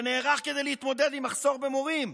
שנערך כדי להתמודד עם מחסור במורים,